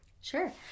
Sure